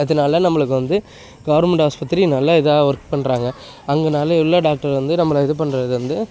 அதனால நம்பளுக்கு வந்து கவுர்மெண்ட்டு ஹாஸ்பத்திரி நல்லா இதாக ஒர்க் பண்ணுறாங்க அங்கேனாலே உள்ள டாக்டர் வந்து நம்மளை இது பண்ணுறது வந்து